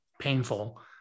painful